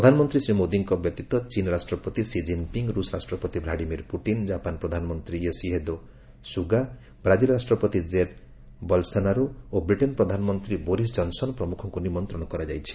ପ୍ରଧାନମନ୍ତ୍ରୀ ଶ୍ରୀ ମୋଦୀଙ୍କ ବ୍ୟତୀତ ଚୀନ ରାଷ୍ଟ୍ରପତି ସିଜିନ୍ପିଙ୍ଗ ରୁଷ ରାଷ୍ଟ୍ରପତି ଭ୍ଲାଡିମିର ପୁଟିନ ଜାପାନ ପ୍ରଧାନମନ୍ତ୍ରୀ ୟୋସି ହିଦେ ସୁଗା ବାଜିଲ ରାଷ୍ଟପତି କେର୍ ବଲ୍ସୋନାରୋ ଓ ବିଟେନ୍ ପ୍ରଧାନମନ୍ତ୍ରୀ ବୋରିସ୍ ଜନସନ ପ୍ରମୁଖଙ୍କୁ ନିମନ୍ତ୍ରଣ କରାଯାଇଛି